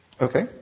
Okay